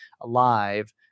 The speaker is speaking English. alive